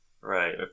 Right